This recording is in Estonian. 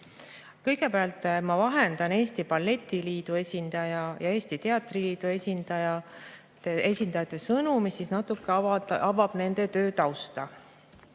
Kõigepealt ma vahendan Eesti Balletiliidu ja Eesti Teatriliidu esindajate sõnu, mis natuke avab nende töö tausta.